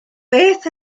beth